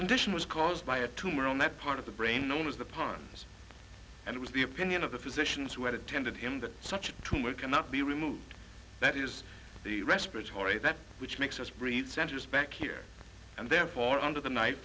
condition was caused by a tumor on that part of the brain known as the ponds and it was the opinion of the physicians who had attended him that such a tumor cannot be removed that is the respiratory that which makes us breathe centers back here and therefore under the ni